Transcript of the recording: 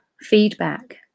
feedback